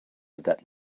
that